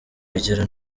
bigera